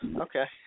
Okay